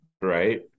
Right